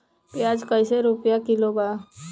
प्याज कइसे रुपया किलो बा?